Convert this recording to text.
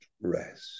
rest